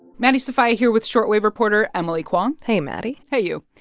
maddie sofia here with short wave reporter emily kwong hey, maddie hey, you.